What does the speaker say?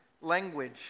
language